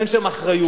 אין שם אחריות,